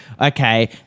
okay